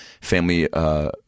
family